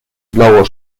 blauer